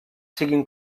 siguin